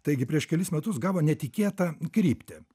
taigi prieš kelis metus gavo netikėtą kryptį